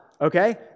Okay